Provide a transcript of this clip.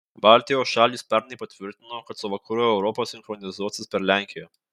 baltijos šalys pernai patvirtino kad su vakarų europa sinchronizuosis per lenkiją